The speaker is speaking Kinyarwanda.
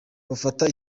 bafata